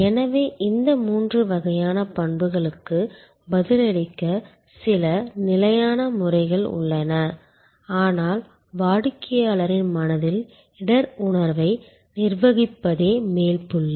எனவே இந்த மூன்று வகையான பண்புகளுக்கு பதிலளிக்க சில நிலையான முறைகள் உள்ளன ஆனால் வாடிக்கையாளரின் மனதில் இடர் உணர்வை நிர்வகிப்பதே மேல் புள்ளி